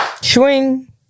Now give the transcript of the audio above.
swing